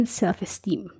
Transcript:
self-esteem